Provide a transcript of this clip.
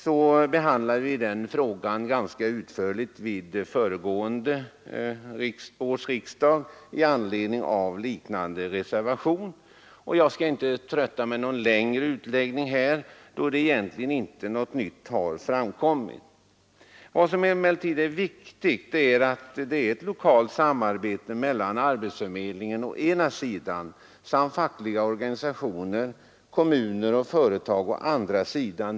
Vi behandlade den frågan ganska utförligt vid förra årets riksdag i anledning av en liknande reservation. Jag skall inte trötta med någon längre utläggning nu, då det egentligen inte framkommit något nytt. Det är emellertid alldeles uppenbart att det är viktigt med ett lokalt samarbete mellan arbetsförmedlingen, å ena sidan, samt fackliga organisationer, kommuner och företag, å andra sidan.